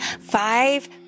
five